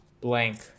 blank